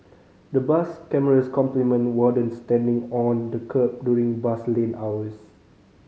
the bus cameras complement wardens standing on the kerb during bus lane hours